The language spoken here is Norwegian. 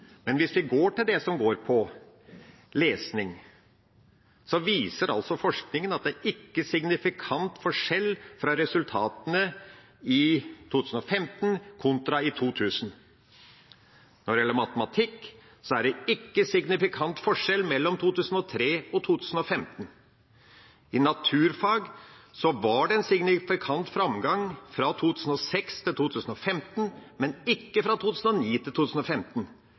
det gjelder lesing, viser forskningen at det ikke er signifikant forskjell på resultatene i 2015 kontra i 2000. Når det gjelder matematikk, er det ikke signifikant forskjell mellom 2003 og 2015. I naturfag var det en signifikant framgang fra 2006 til 2015, men ikke fra 2009 til 2015.